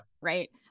Right